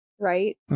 Right